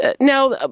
Now